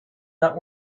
not